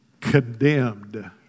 condemned